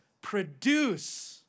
produce